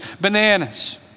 bananas